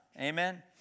Amen